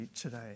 today